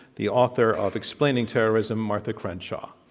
the author of explaining terrorism, martha crenshaw.